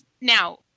now